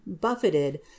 buffeted